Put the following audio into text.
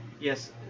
yes